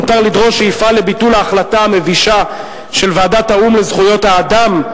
מותר לדרוש שיפעל לביטול ההחלטה המבישה של ועדת האו"ם לזכויות האדם,